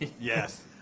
Yes